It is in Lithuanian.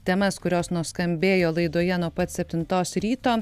temas kurios nuskambėjo laidoje nuo pat septintos ryto